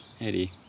Eddie